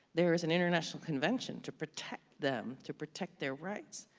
there is an international convention to protect them, to protect their rights,